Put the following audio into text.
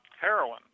heroin